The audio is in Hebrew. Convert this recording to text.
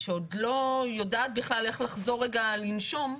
שעוד לא יודעת בכלל איך לחזור רגע לנשום,